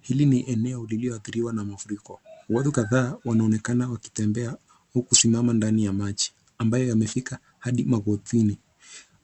Hili ni eneo liliadhiriwa na mafuriko. Watu kadhaa wanaonekana wakitembea au kusimama ndani ya maji ambayo yamefika hadi magotini